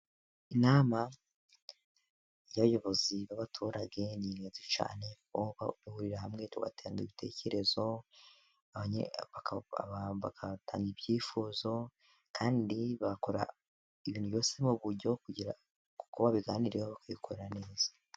Inama y'abayobozi b'abaturage ni ingenzi cyane, kuko duhurira hamwe tugatanga ibitekerezo, bakanatanga ibyifuzo, kandi bakora ibintu byose mu buryo, kugira kuko babiganiriyeho bakabikora neza.